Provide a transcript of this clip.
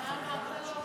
נכון?